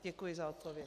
Děkuji za odpověď.